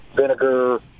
vinegar